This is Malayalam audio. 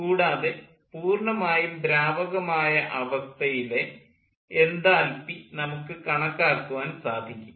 കൂടാതെ പൂർണ്ണമായും ദ്രാവകം ആയ അവസ്ഥയിലെ എൻതാൽപ്പി നമുക്ക് കണക്കാക്കുവാൻ സാധിക്കും